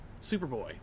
Superboy